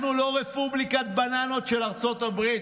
אנחנו לא רפובליקת בננות של ארצות הברית,